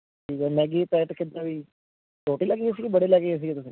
ਠੀਕ ਹੈ ਮੈਗੀ ਦੇ ਪੈਕਟ ਕਿੱਦਾ ਵੀ ਛੋਟੇ ਲੈਕੇ ਗਏ ਸੀਗੇ ਬੜੇ ਲੈਕੇ ਗਏ ਸੀਗੇ ਤੁਸੀਂ